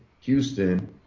Houston